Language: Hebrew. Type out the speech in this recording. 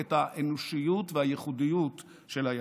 את האנושיות ואת הייחודיות של היחיד.